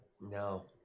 No